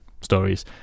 stories